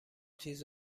تیز